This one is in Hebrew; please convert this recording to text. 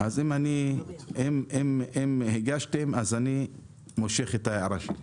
אם הגשתם, אז אני מושך את ההערה שלי.